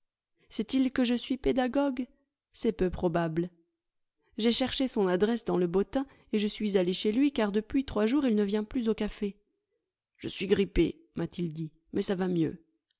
sait-il que je suis pédagogue c'est peu probable j'ai cherché son adresse dans le bottin et je suis allé chez lui car depuis trois jours il ne vient plus au café je suis grippé m'a-t-il dit mais ça va mieux